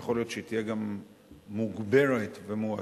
יכול להיות שהיא תהיה גם מוגברת ומועצמת.